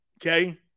okay